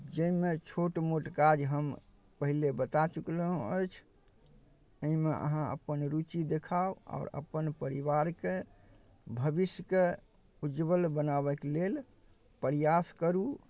जाहिमे छोट मोट काज हम पहिले बता चुकलहुँ अछि एहिमे अहाँ अपन रूचि देखाउ आओर अपन परिवारके भविष्यकेँ उज्ज्वल बनाबैके लेल प्रयास करू